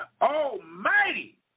Almighty